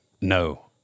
No